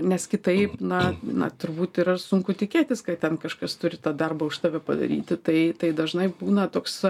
nes kitaip na na turbūt yra sunku tikėtis kad ten kažkas turi tą darbą už tave padaryti tai tai dažnai būna toks